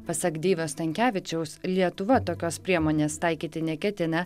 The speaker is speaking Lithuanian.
pasak deivio stankevičiaus lietuva tokios priemonės taikyti neketina